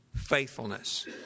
faithfulness